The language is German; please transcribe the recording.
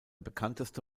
bekannteste